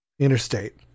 interstate